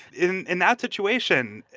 in in that situation,